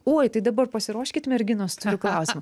oi tai dabar pasiruoškit merginos turiu klausimą